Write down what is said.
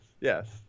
yes